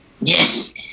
Yes